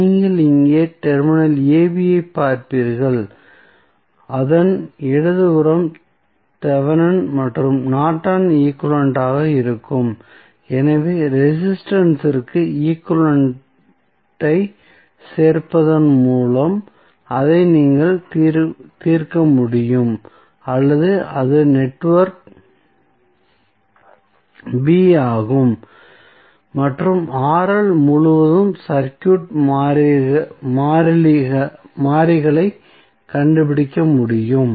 நீங்கள் இங்கே terminal AB ஐ பார்ப்பீர்கள் இதன் இடதுபுறம் தெவெனின் மற்றும் நார்டனின் ஈக்வலன்ட் ஆக இருக்கும் எனவே ரெசிஸ்டன்ஸ் இற்கு ஈக்வலன்ட் ஐ சேர்ப்பதன் மூலம் அதை நீங்கள் தீர்க்க முடியும் அல்லது அது நெட்வொர்க் B ஆகும் மற்றும் முழுவதும் சர்க்யூட் மாறிகளை கண்டுபிடிக்க முடியும்